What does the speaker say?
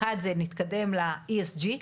אחד זה להתקדם ל-ESG.